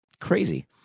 crazy